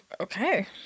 okay